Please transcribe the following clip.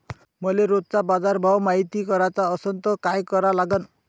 मले रोजचा बाजारभव मायती कराचा असन त काय करा लागन?